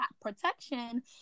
protection